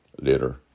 later